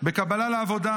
בקבלה לעבודה,